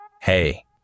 Hey